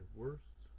worst